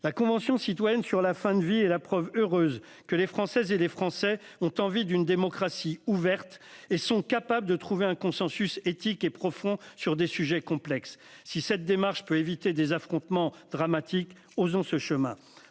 La Convention citoyenne sur la fin de vie et la preuve heureuse que les Françaises et les Français ont envie d'une démocratie ouverte et sont capables de trouver un consensus éthique et profond sur des sujets complexes. Si cette démarche peut éviter des affrontements dramatiques osons ce chemin